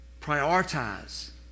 Prioritize